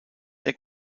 der